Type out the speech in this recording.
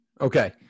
Okay